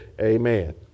Amen